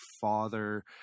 father